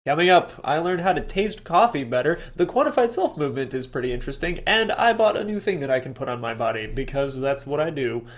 up! i learn how to taste coffee better, the quantified self movement is pretty interesting, and i bought a new thing that i can put on my body. because that's what i do.